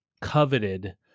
coveted